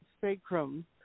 sacrum